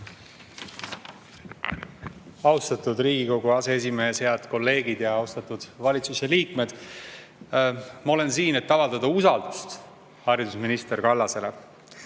Austatud Riigikogu aseesimees! Head kolleegid ja austatud valitsuse liikmed! Ma olen siin, et avaldada usaldust haridusminister Kallasele.